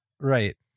Right